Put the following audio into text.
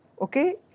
okay